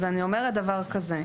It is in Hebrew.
אני אומרת דבר כזה.